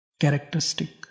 characteristic।